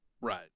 right